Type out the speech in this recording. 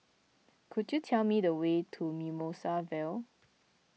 could you tell me the way to Mimosa Vale